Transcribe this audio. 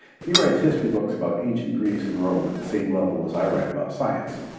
he writes history books about ancient greece and rome at the same level as i write about science.